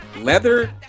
Leather